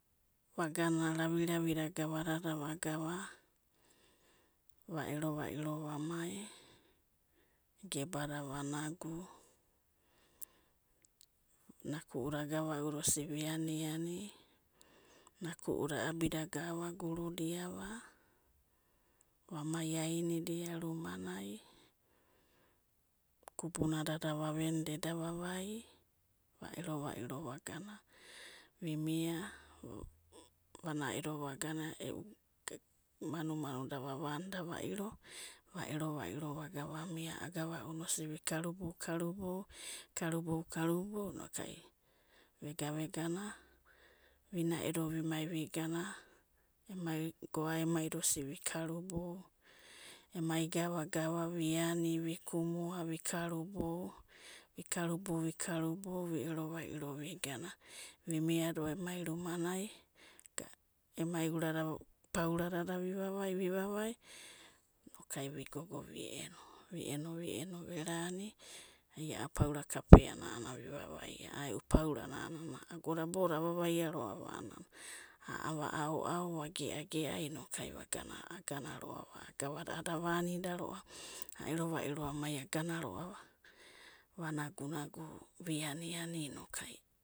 Vagana, ravi'ravida gavadada va'gava, va'ero vairo va'mai, gebada va'nagu, naku'uda agavauda guruda, va'mai ainida rumanai, gubunadada va'veni eda vavai, vi'mia, varaedo va'gana e'u manu manuda va'vanida vairo, va'erovairo vagana agava'una osida vi'karubou emai gavagava vi'ani, vi'kumua, vi'karubai, vi'karubou vi'ero vairo vi'gana, vi'miado emai rumana, emai urada pauradada vi'vavai vi'vavai, inokai vi'gogo vi'eno, vi'eno vi'eno verani, ai a'a paura kapeana vi vavaia, a'a e'u paurana a'ana agoda baidada avavaiaroava a'anana, va'ao'ao, va'gea'gea inokuai vagana roa, gavada a'ada avani roava, aero vairo amai agana roava va'nagu nagu vi'aniani inokai.